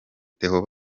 theo